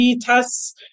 tests